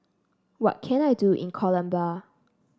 what can I do in Colombia